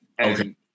Okay